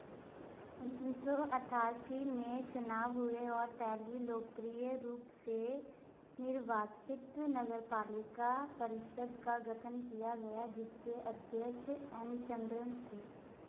उन्नीस सौ अठासी में चुनाव हुए और पहली लोकप्रिय रूप से निर्वाचित नगरपालिका परिषद का गठन किया गया जिसके अध्यक्ष एन चंद्रन थे